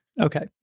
Okay